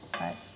Right